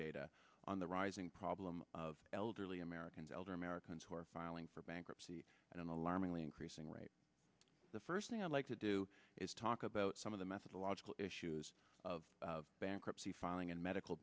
data on the rising problem of elderly americans elder americans who are filing for bankruptcy and an alarmingly increasing rate the first thing i'd like to do is talk about some of the methodological issues of bankruptcy filing and medical